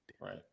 Right